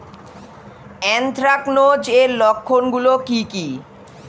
Anthracnose এর লক্ষণ গুলো কি কি?